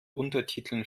untertiteln